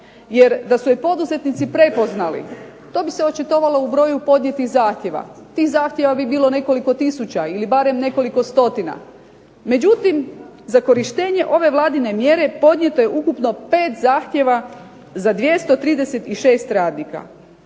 Jer da su je poduzetnici prepoznali to bi se očitovalo u broju podnijetih zahtjeva. Tih zahtjeva bi bilo nekoliko tisuća ili barem nekoliko stotina, međutim za korištenje ove vladine mjere podnijeto je ukupno 5 zahtjeva za 236 radnika.